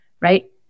Right